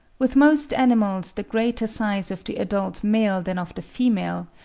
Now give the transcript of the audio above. with most animals the greater size of the adult male than of the female,